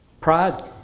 Pride